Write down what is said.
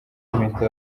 impeta